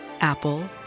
Apple